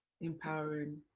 Empowering